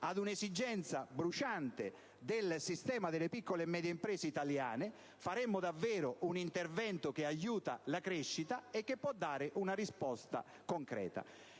ad un'esigenza bruciante del sistema delle piccole e medie imprese italiane, realizzeremmo davvero un intervento che aiuta la crescita e che può dare una risposta concreta